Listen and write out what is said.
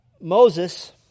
Moses